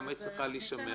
למה היא צריכה להישמר?